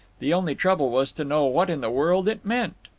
the only trouble was to know what in the world it meant!